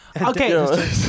Okay